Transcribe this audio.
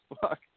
fuck